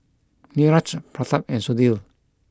Niraj Pratap and Sudhir